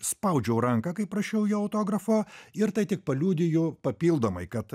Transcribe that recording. spaudžiau ranką kai prašiau jo autografo ir tai tik paliudiju papildomai kad